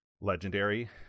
legendary